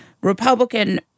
Republican